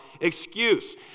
excuse